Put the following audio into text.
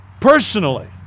Personally